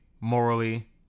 morally